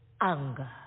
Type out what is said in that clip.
anger